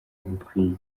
bikwiye